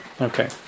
okay